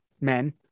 men